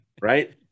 right